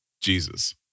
Jesus